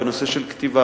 בנושא של כתיבה,